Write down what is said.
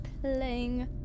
playing